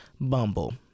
Bumble